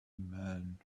man